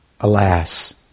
Alas